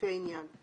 לפי העניין";